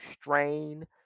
strain